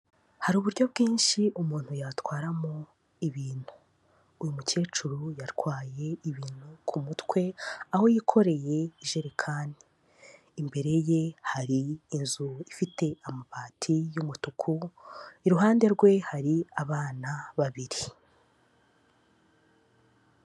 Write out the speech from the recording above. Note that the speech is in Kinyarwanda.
Hari uburyo bwinshi umuntu yatwaramo ibintu, uyu mukecuru yarwaye ibintu ku mutwe aho yikoreye ijerekani, imbere ye hari inzu ifite amabati y'umutuku, iruhande rwe hari abana babiri.